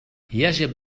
يجب